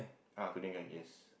ah today collect yes